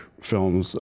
films